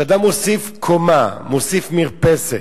שאדם מוסיף קומה, מוסיף מרפסת,